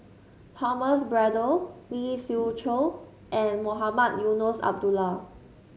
Thomas Braddell Lee Siew Choh and Mohamed Eunos Abdullah